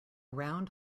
round